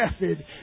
method